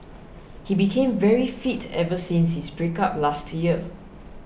he became very fit ever since his breakup last year